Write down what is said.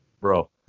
bro